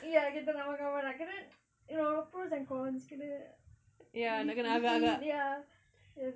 ya kita nak makan banyak kira you know pros and cons kena give give in ya !oof!